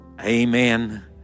amen